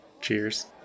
Cheers